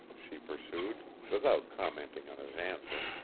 she pursued, without commenting on his answer.